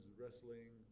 wrestling